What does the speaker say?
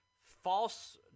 false